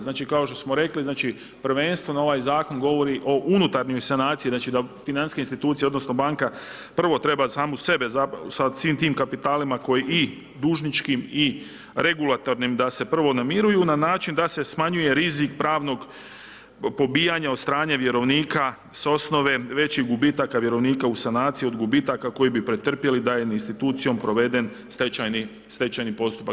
Znači kao što smo rekli, znači, prvenstveno ovaj zakon govori o unutarnjoj sanaciji, znači da financijske instancije, odnosno, banka prvo treba samu sebe sa svim tim kapitalima, koje i dužničkim i regulatornim, da se prvo namiruju, na način da se smanjuje rizik, pravnog pobijanja od strane vjerovnika s osnove sve veće gubitaka vjerovnika od sanacije od gubitaka koji bi pretrpjeli da im je institucijom proveden stečajni postupak.